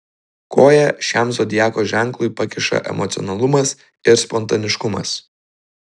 koją šiam zodiako ženklui pakiša emocionalumas ir spontaniškumas